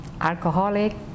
alcoholic